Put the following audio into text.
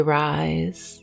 rise